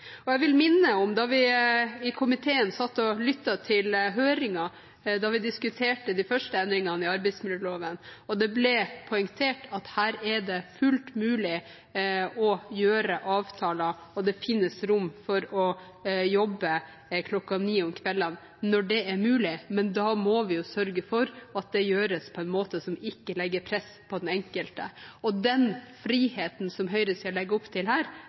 Jeg vil minne om da vi i komiteen satt og lyttet til høringen, da vi diskuterte de første endringene i arbeidsmiljøloven. Det ble poengtert at her er det fullt mulig å gjøre avtaler, og det finnes rom for å jobbe kl. 21.00 om kvelden når det er mulig, men da må vi sørge for at det gjøres på en måte som ikke legger press på den enkelte. Den friheten som høyresiden legger opp til her, den gjør det. Det er gledelig at vernet av varslere styrkes, men også her